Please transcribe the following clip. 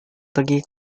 pergi